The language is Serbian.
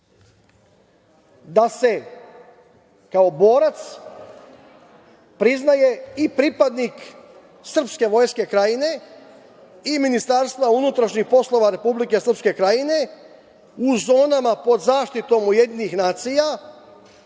da se kao borac priznaje i pripadnik srpske vojske Krajine i Ministarstva unutrašnjih poslova Republike Srpske Krajine u zonama pod zaštitom Ujedinjenih nacija,